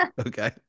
Okay